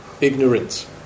ignorance